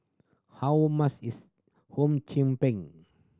how much is Hum Chim Peng